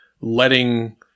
letting